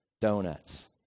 donuts